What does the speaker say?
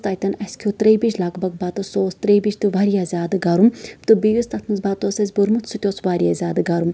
تتٮ۪ن اَسہِ کھٮ۪و ترٛیہِ بَجہِ لگ بگ بَتہٕ سُہ اوس ترٛیہِ بَجہِ تہِ واریاہ زیادٕ گرم تہ بیٚیہِ یُس تَتھ منٛز بَتہٕ اوس اسہِ بورمُت سُہ تہِ اوس واریاہ زیادٕ گرم